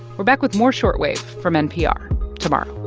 we're back with more short wave from npr tomorrow